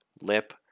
Lip